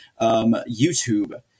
YouTube